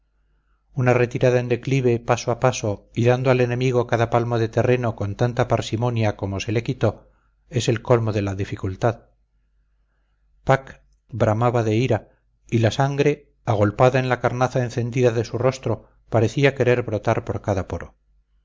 una retirada en declive paso a paso y dando al enemigo cada palmo de terreno con tanta parsimonia como se le quitó es el colmo de la dificultad pack bramaba de ira y la sangre agolpada en la carnaza encendida de su rostro parecía querer brotar por cada poro